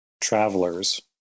travelers